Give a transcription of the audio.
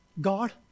God